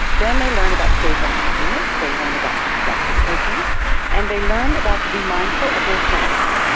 then they learn about favour and happiness, they learn about perspective taking and they learn about to be mindful of their senses.